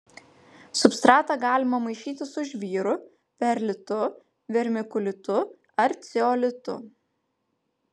substratą galima maišyti su žvyru perlitu vermikulitu ar ceolitu